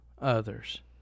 others